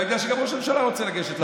אתה יודע שגם ראש הממשלה רוצה לגשת לבוחר.